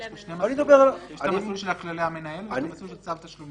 אבל יש שני מסלולים יש מסלול של כללי המנהל ויש מסלול של צו תשלומים.